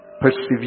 Persevere